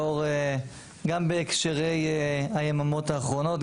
גם בהקשרי היממות האחרונות,